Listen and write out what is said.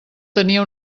tenia